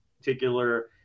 particular